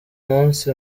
munsi